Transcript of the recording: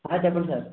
చెప్పండి సార్